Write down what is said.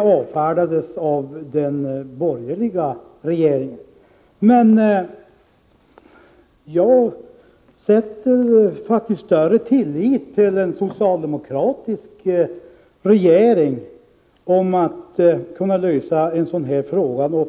avfärdades av den borgerliga regeringen. Men jag sätter faktiskt större tillit till en socialdemokratisk regering när det gäller att kunna lösa en sådan här fråga.